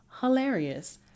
hilarious